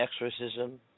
exorcism